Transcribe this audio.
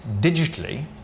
digitally